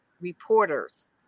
reporters